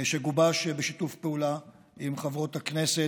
שגובש בשיתוף פעולה עם חברות הכנסת,